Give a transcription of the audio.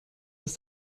ist